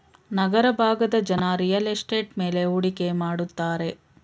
ನಗರ ಭಾಗದ ಜನ real estate ಮೇಲೆ ಹೂಡಿಕೆ ಮಾಡುತ್ತಾರೆ